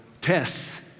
tests